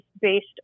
based